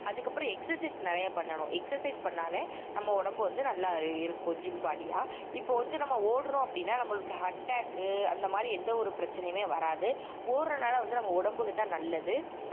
அதுக்கப்பறம் எக்ஸசைஸ் நிறையா பண்ணணும் எக்ஸசைஸ் பண்ணாலே நம்ம உடம்பு வந்து நல்லா இருக்கும் ஜிம் பாடியாக இப்போது வந்து நம்ம ஓடுகிறோம் அப்படின்னா நம்மளுக்கு அட்டாக்கு அந்தமாதிரி எந்த ஒரு பிரச்சனையுமே வராது ஓடுறதுனால வந்து நம்ம உடம்புக்கு தான் நல்லது